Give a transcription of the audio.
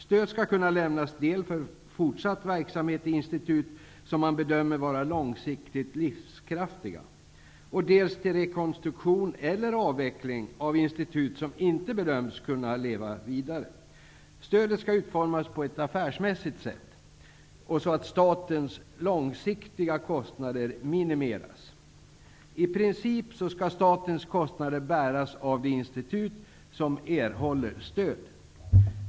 Stöd skall kunna lämnas dels för fortsatt verksamhet i institut som man bedömer vara långsiktigt livskraftiga, dels till rekonstruktion eller avveckling av institut som inte bedöms kunna leva vidare. Stödet skall utformas på ett affärsmässigt sätt och så att statens långsiktiga kostnader minimeras. I princip skall statens kostnader bäras av det institut som erhåller stöd.